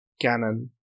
cannon